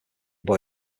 boy